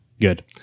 good